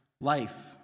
life